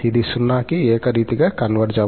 ఇది 0 కి ఏకరీతిగా కన్వర్జ్ అవ్వదు